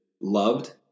loved